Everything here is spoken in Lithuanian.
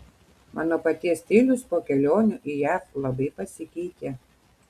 mano paties stilius po kelionių į jav labai pasikeitė